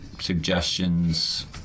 suggestions